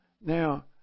Now